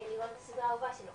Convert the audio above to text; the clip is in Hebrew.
לראות את הסידרה האהובה שלי.